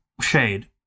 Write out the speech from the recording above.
shade